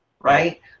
right